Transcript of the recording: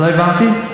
לא הבנתי.